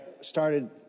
started